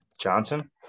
Johnson